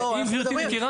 לבדוק את זה.